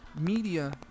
media